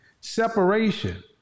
Separation